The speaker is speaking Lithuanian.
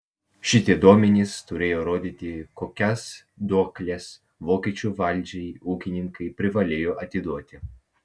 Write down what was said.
šitie duomenys turėjo rodyti kokias duokles vokiečių valdžiai ūkininkai privalėjo atiduoti